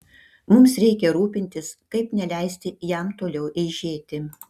mums reikia rūpintis kaip neleisti jam toliau eižėti